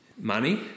money